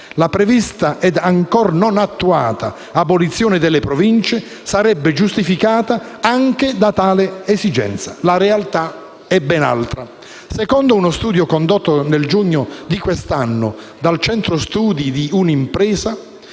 La prevista ed ancora non attuata abolizione delle Province sarebbe giustificata anche da tale esigenza. La realtà è ben altra. Secondo uno studio condotto nel giugno di quest'anno dal Centro studi e ricerche Unimpresa,